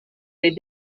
les